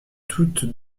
toutes